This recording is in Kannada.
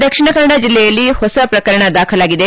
ದಕ್ಷಿಣ ಕನ್ನಡ ಜಿಲ್ಲೆಯಲ್ಲಿ ಹೊಸ ಪ್ರಕರಣ ದಾಖಲಾಗಿದೆ